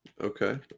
Okay